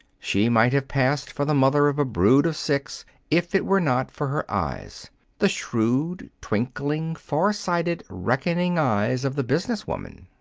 she might have passed for the mother of a brood of six if it were not for her eyes the shrewd, twinkling, far-sighted, reckoning eyes of the business woman.